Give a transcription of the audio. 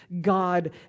God